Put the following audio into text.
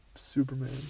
Superman